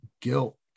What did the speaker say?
guilt